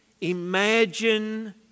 imagine